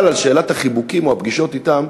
אבל על שאלת החיבוקים או הפגישות אתם,